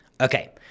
Okay